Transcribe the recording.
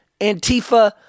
Antifa